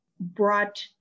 brought